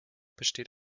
besteht